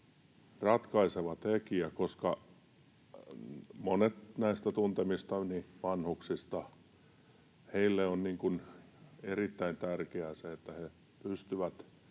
ratkaiseva tekijä, koska monille näistä tuntemistani vanhuksista on erittäin tärkeää, että he pystyvät